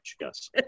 yes